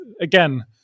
again